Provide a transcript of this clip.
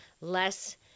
less